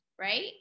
right